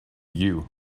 you